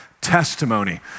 testimony